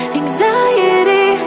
anxiety